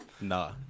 Nah